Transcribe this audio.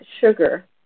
sugar